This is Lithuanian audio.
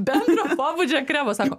bendro pobūdžio kremo sako